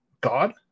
God